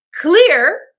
clear